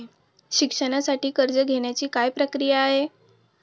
शिक्षणासाठी कर्ज घेण्याची काय प्रक्रिया आहे?